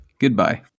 Goodbye